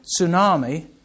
tsunami